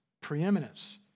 preeminence